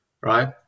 right